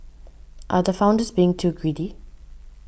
are the founders being too greedy